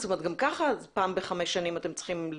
גם כך פעם בחמש שנים אתם צריכים לעדכן.